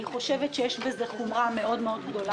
אני חושבת שיש בזה חומרה גדולה מאוד.